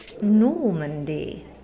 normandy